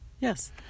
yes